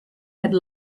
had